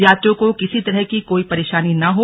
यात्रियों को किसी तरह की कोई परेशानी न हो